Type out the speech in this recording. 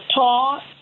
taught